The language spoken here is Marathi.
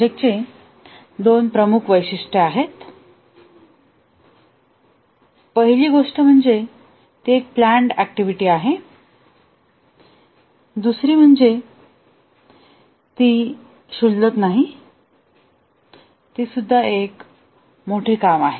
प्रोजेक्टची दोन प्रमुख वैशिष्ट्ये आहेत पहिली गोष्ट ती म्हणजे नियोजित ऍक्टिव्हिटी दुसरी म्हणजे ती क्षुल्लक नाही हे एक मोठे काम आहे